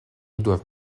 doivent